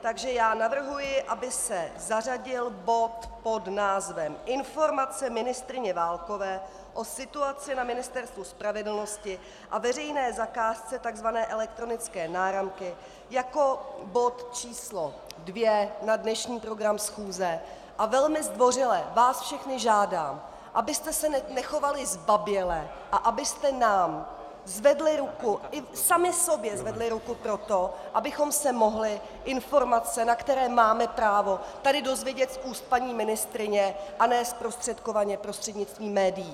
Takže já navrhuji, aby se zařadil bod pod názvem Informace ministryně Válkové o situaci na Ministerstvu spravedlnosti a veřejné zakázce takzvané elektronické náramky jako bod číslo 2 na dnešní program schůze, a velmi zdvořile vás všechny žádám, abyste se nechovali zbaběle a abyste nám zvedli ruku, i sami sobě zvedli ruku pro to, abychom se mohli informace, na které máme právo, tady dozvědět z úst paní ministryně, a ne zprostředkovaně prostřednictvím médií.